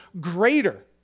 greater